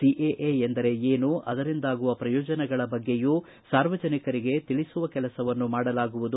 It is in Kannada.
ಸಿಎಎ ಅಂದರೆ ಏನು ಅದರಿಂದಾಗುವ ಪ್ರಯೋಜನಗಳ ಬಗ್ಗೆಯೂ ಸಾರ್ವಜನಿಕರಿಗೆ ತಿಳಿಸುವ ಕೆಲಸವನ್ನು ಮಾಡಲಾಗುವುದು